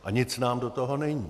A nic nám do toho není.